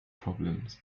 problems